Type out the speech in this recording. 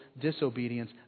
disobedience